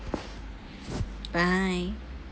bye